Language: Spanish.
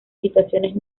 situaciones